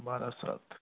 Barasat